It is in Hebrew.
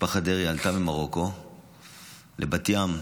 משפחת דרעי עלתה ממרוקו לבת ים.